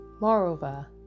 Moreover